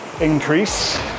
increase